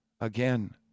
Again